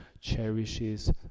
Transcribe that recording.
cherishes